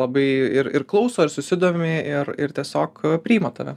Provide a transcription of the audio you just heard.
labai ir ir klauso ir susidomi ir ir tiesiog priima tave